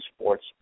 sports